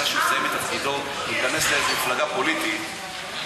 כשהוא מסיים את תפקידו ייכנס למפלגה פוליטית,